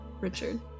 Richard